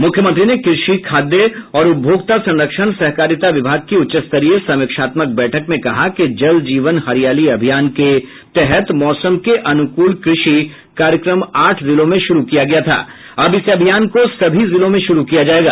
मुख्यमंत्री ने कृषि खाद्य और उपभोक्ता संरक्षण सहकारिता विभाग की उच्चस्तरीय समीक्षात्मक बैठक में कहा कि जल जीवन हरियाली अभियान के तहत मौसम के अनुकूल कृषि कार्यक्रम आठ जिलों में शुरू किया गया था अब इस अभियान को सभी जिलों में शुरू किया जायेगा